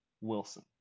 Wilson